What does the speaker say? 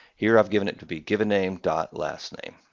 here, i've given it to be given name dot last name.